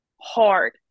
hard